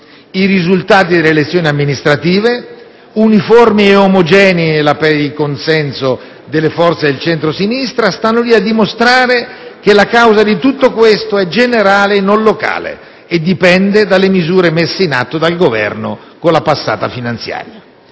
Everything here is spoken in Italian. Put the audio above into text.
I risultati delle elezioni amministrative, uniformi ed omogenei nella perdita di consenso delle forze del centro-sinistra, stanno lì a dimostrare che la causa di tutto questo è generale e non locale e dipende dalle misure messe in atto dal Governo con la passata finanziaria.